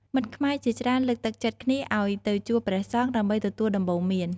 មិត្តខ្មែរជាច្រើនលើកទឹកចិត្តគ្នាឲ្យទៅជួបព្រះសង្ឃ ដើម្បីទទួលដំបូន្មាន។